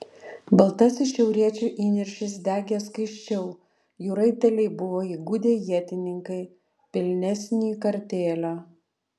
baltasis šiauriečių įniršis degė skaisčiau jų raiteliai buvo įgudę ietininkai pilnesnį kartėlio